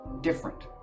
different